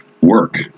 work